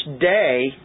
day